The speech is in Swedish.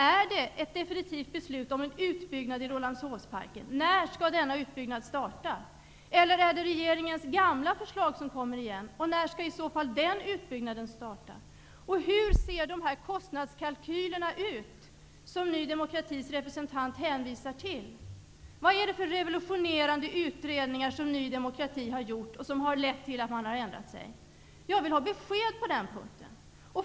Är det ett definitivt beslut om en utbyggnad i Rålambshovsparken? När skall denna utbyggnad starta? Eller är det regeringens gamla förslag som kommer igen? Och när skall den utbyggnaden i så fall starta? Hur ser de kostnadskalkyler ut som Ny demokratis representant hänvisar till? Vad är det för revolutionerande utredningar som Ny demokrati har gjort och som har lett till att man har ändrat sig? Jag vill ha besked på den punkten.